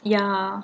ya